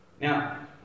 Now